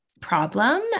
problem